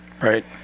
Right